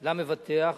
למבטח.